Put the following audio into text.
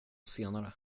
senare